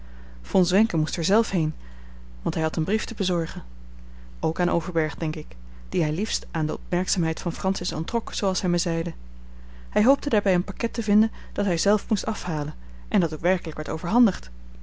von zwenken moest er zelf heen want hij had een brief te bezorgen ook aan overberg denk ik dien hij liefst aan de opmerkzaamheid van francis onttrok zooals hij mij zeide hij hoopte daarbij een pakket te vinden dat hij zelf moest afhalen en dat ook werkelijk werd overhandigd